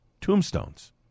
Tombstones